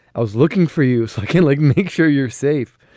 i was looking for you so i can, like, make sure you're safe,